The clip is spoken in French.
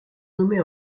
nommé